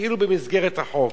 כאילו במסגרת החוק.